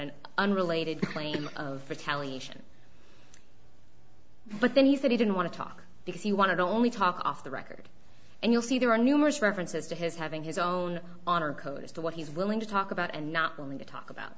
an unrelated claim of retaliation but then he said he didn't want to talk because he wanted to only talk off the record and you'll see there are numerous references to his having his own honor code as to what he's willing to talk about and not willing to talk about